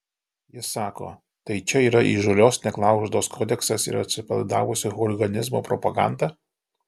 jis sako tai čia yra įžūlios neklaužados kodeksas ir atsipalaidavusio chuliganizmo propaganda